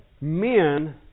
men